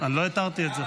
אני לא התרתי את זה.